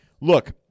Look